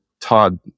Todd